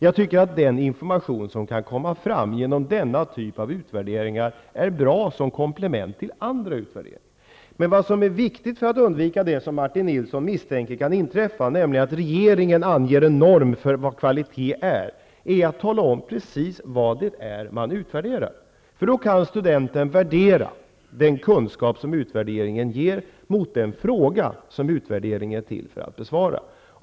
Jag tycker att den information som kan komma fram genom denna typ av utvärderingar är bra som komplement till andra utvärderingar. Men vad som är viktigt för att undvika det som Martin Nilsson misstänker kan inträffa, nämligen att regeringen anger en norm för vad som är kvalitet, är att tala om precis vad det är man utvärderar. Då kan studenten värdera den kunskap som utvärderingen ger mot den fråga som utvärderingen är till för att besvara.